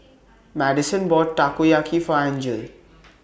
Madisen bought Takoyaki For Angele